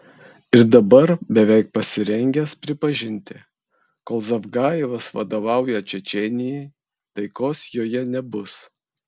ir dabar beveik pasirengęs pripažinti kol zavgajevas vadovauja čečėnijai taikos joje nebus